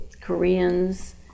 Koreans